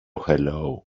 hello